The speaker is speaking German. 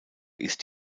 ist